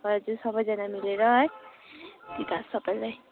हजुर सबैजना मिलेर है टिका सबैलाई